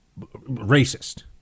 racist